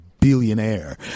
billionaire